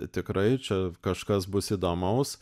tikrai čia kažkas bus įdomaus